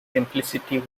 simplicity